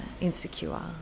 insecure